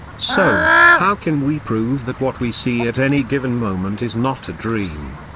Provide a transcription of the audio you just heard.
so, how can we prove that what we see at any given moment is not a dream?